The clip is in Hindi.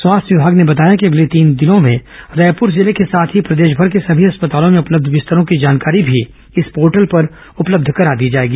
स्वास्थ्य विमाग ने बताया है कि अगले तीन दिनों में रायपुर जिले के साथ ही प्रदेशभर के सभी अस्पतालों में उपलब्ध बिस्तरों की जानकारी भी इस पोर्टल पर उपलब्ध करा दी जाएगी